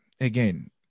Again